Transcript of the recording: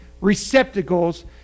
receptacles